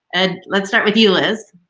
and let's start with you, liz?